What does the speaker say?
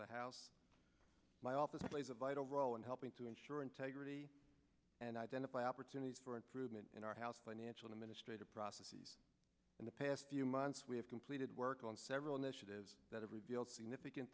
the house my office plays a vital role in helping to ensure integrity and identify opportunities for improvement in our house financial i'm in a state of processes in the past few months we have completed work on several initiatives that have revealed significant